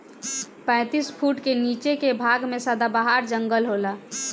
पैतीस फुट के नीचे के भाग में सदाबहार जंगल होला